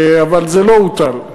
אבל זה לא הוטל.